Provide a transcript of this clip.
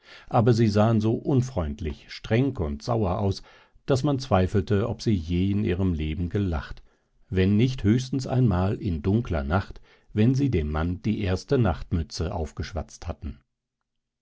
aber sie sahen so unfreundlich streng und sauer aus daß man zweifelte ob sie je in ihrem leben gelacht wenn nicht höchstens einmal in dunkler nacht wenn sie dem mann die erste nachtmütze aufgeschwatzt hatten